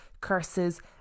curses